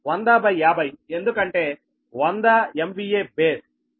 1 10050 ఎందుకంటే 100 MVA బేస్0